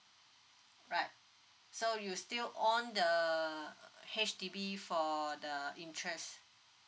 right so you still owned the H_D_B for the interest